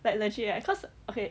like legit leh cause okay